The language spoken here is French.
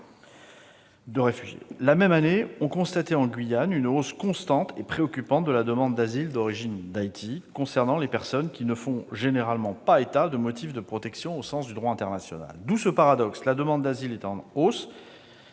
de réfugié. La même année, on constatait en Guyane une hausse constante et préoccupante de la demande d'asile provenant d'Haïti, avec des personnes qui ne font généralement pas état de motifs de protection au sens du droit international. D'où ce paradoxe : la demande d'asile est en hausse,